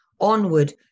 onward